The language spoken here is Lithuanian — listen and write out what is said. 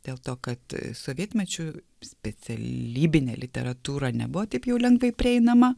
dėl to kad sovietmečiu specialybinė literatūra nebuvo taip jau lengvai prieinama